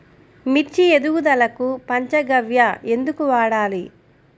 మిర్చి ఎదుగుదలకు పంచ గవ్య ఎందుకు వాడాలి?